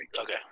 Okay